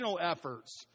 efforts